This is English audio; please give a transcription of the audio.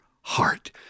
heart